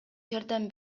жардам